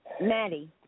Maddie